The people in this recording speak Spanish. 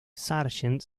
sargent